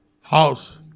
house